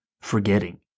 forgetting